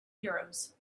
heroes